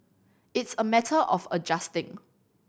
it's a matter of adjusting